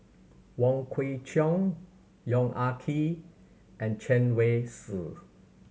Wong Kwei Cheong Yong Ah Kee and Chen Wen Hsi